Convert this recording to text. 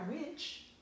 rich